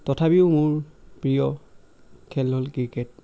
তথাপিও মোৰ প্ৰিয় খেল হ'ল ক্ৰিকেট